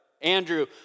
Andrew